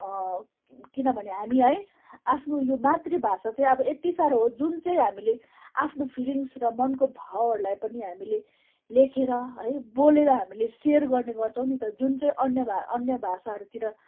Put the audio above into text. किनभने हामी है आफ्नो यो मातृभाषा चाहिँ अब यति साह्रो हो जुन चाहिँ हामीले आफ्नो फिलिङ्स र मनको भावहरूलाई पनि हामीले लेखेर है बोलेर हामीले सेयर गर्ने गर्छौँ नि त जुन चाहिँ अन्य भा अन्य भाषाहरूतिर